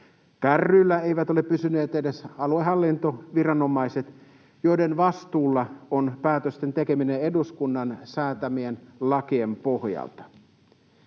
Kärryillä eivät ole pysyneet edes aluehallintoviranomaiset, joiden vastuulla on päätösten tekeminen eduskunnan säätämien lakien pohjalta.